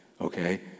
Okay